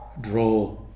draw